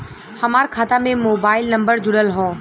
हमार खाता में मोबाइल नम्बर जुड़ल हो?